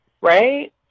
right